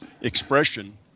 expression